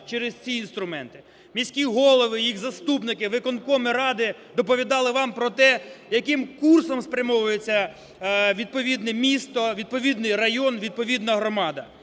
через ці інструменти. Міські голови, їх заступники, виконкоми, ради доповідали вам про те, яким курсом спрямовується відповідне місто, відповідний район, відповідна громада.